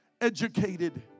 educated